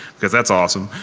because that's awesome.